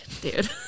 dude